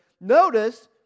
notice